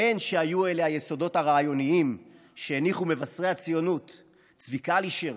בין שהיו אלה היסודות הרעיוניים שהניחו מבשרי הציונות צבי קלישר